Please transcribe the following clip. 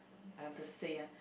I've to say ah